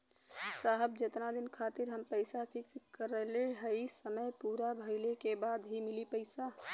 साहब जेतना दिन खातिर हम पैसा फिक्स करले हई समय पूरा भइले के बाद ही मिली पैसा?